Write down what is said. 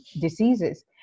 diseases